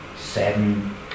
seven